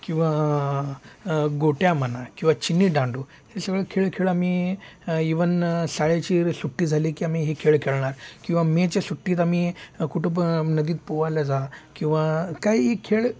किंवा गोट्या म्हणा किंवा चिनी दांडू हे सगळं खेळ खेळ आम्ही इवन शाळेची सुट्टी झाली की आम्ही हे खेळ खेळणार किंवा मेच्या सुट्टीत आम्ही कुटुंब नदीत पोहायला जा किंवा काही खेळ